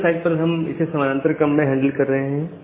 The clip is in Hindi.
सर्वर साइड पर हम इसे समानांतर क्रम में हैंडल कर रहे हैं